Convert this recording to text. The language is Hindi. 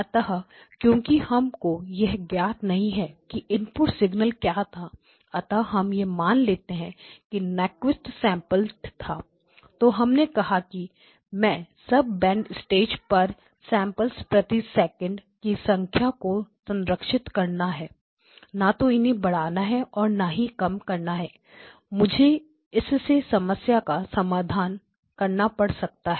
अतः क्योंकि हम को यह ज्ञात नहीं है कि इनपुट सिगनल क्या था अतः हम यह मान लेते हैं नक्विस्ट सैंपलड था तो हमने कहा कि मैं सब बैंड स्टेज पर सैंपलस प्रति सेकंड samplessecond की संख्या को संरक्षित करना है ना तो इन्हें बढ़ाना है और ना ही कम करना मुझे इससे समस्या का सामना करना पड़ सकता है